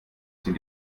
sind